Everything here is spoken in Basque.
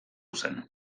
zen